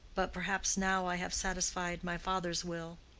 but perhaps now i have satisfied my father's will,